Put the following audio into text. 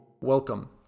Welcome